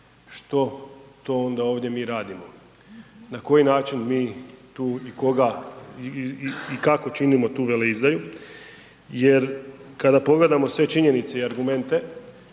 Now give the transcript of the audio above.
što to onda ovdje mi radimo, na koji način mi tu i koga i kako činimo tu veleizdaju jer kada pogledamo sve činjenice i argumente,